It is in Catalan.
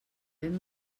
ben